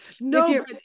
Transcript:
No